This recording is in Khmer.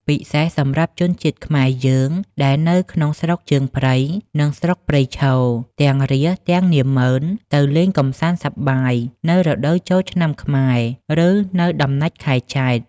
ពិសេស សម្រាប់ជនជាតិខ្មែរយើង ដែលនៅក្នុងស្រុកជើងព្រៃ និង ស្រុកព្រៃឈរ ទាំងរាស្ត្រ ទាំងនាម៉ឺន ទៅលេងកម្សាន្តសប្បាយ នៅរដូវចូលឆ្នាំខ្មែរ ឬ នៅដំណាច់ខែចេត្រ